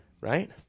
right